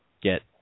get